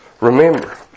Remember